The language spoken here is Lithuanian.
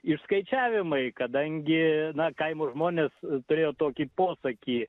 išskaičiavimai kadangi na kaimo žmonės turėjo tokį posakį